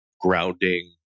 grounding